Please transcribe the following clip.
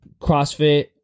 CrossFit